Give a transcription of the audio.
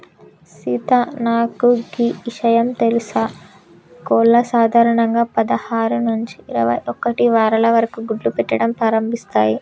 సీత నాకు గీ ఇషయం తెలుసా కోళ్లు సాధారణంగా పదహారు నుంచి ఇరవై ఒక్కటి వారాల వరకు గుడ్లు పెట్టడం ప్రారంభిస్తాయి